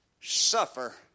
suffer